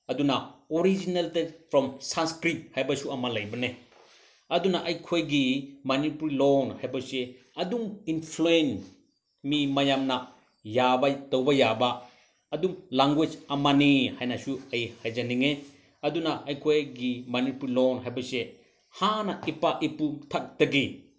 ꯑꯗꯨꯅ originate from Sanskrit ꯍꯥꯏꯕꯁꯨ ꯑꯃ ꯂꯩꯕꯅꯦ ꯑꯗꯨꯅ ꯑꯩꯈꯣꯏꯒꯤ ꯃꯅꯤꯄꯨꯔ ꯂꯣꯟ ꯍꯥꯏꯕꯁꯦ ꯑꯗꯨꯝ ꯏꯟꯐ꯭ꯂꯨꯌꯦꯟ ꯃꯤ ꯃꯌꯥꯝꯅ ꯌꯥꯕ ꯇꯧꯕ ꯌꯥꯕ ꯑꯗꯨꯝ ꯂꯦꯡꯒ꯭ꯋꯦꯖ ꯑꯃꯅꯤ ꯍꯥꯏꯅꯁꯨ ꯑꯩ ꯍꯥꯏꯖꯅꯤꯡꯉꯤ ꯑꯗꯨꯅ ꯑꯩꯈꯣꯏꯒꯤ ꯃꯅꯤꯄꯨꯔꯤ ꯂꯣꯟ ꯍꯥꯏꯕꯁꯦ ꯍꯥꯟꯅ ꯏꯄꯥ ꯏꯄꯨ ꯊꯛꯇꯒꯤ